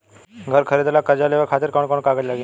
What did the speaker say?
घर खरीदे ला कर्जा लेवे खातिर कौन कौन कागज लागी?